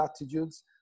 attitudes